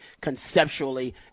conceptually